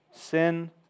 Sin